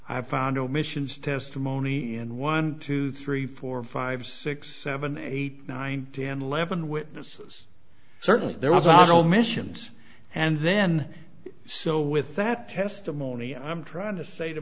i found omissions testimony in one two three four five six seven eight nine ten eleven witnesses certainly there was also mentions and then so with that testimony i'm trying to say to